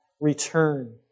Return